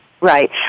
Right